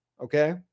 okay